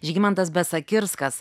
žygimantas besakirskas